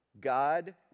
God